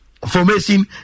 Formation